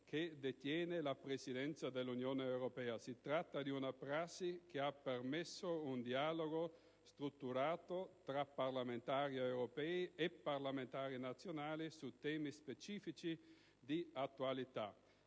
che detiene la Presidenza dell'Unione europea. Si tratta di una prassi che ha permesso un dialogo strutturato tra parlamentari europei e parlamentari nazionali su temi specifici di attualità.